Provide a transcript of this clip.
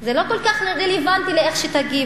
זה לא כל כך רלוונטי איך תגיבו.